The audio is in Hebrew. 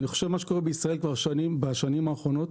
ומה שקורה בישראל בשנים האחרונות,